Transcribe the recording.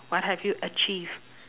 what have you achieved